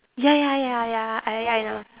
ya ya ya ya I I know